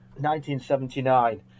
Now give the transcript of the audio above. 1979